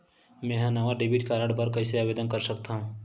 मेंहा नवा debit card बर कैसे आवेदन कर सकथव?